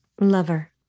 Lover